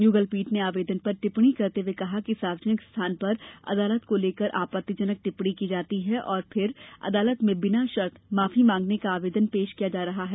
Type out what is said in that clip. युगलपीठ ने आवेदन पर टिप्पणी करते हुए कहा कि सार्वजनिक स्थान पर अदालत को लेकर आपत्तिजनक टिप्पणी की जाती है और फिर अदालत में बिना शर्त माफी मांगने का आवेदन पेश किया जा रहा है